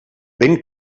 ben